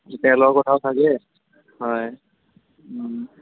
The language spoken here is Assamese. তেলৰ কথাও থাকে হয়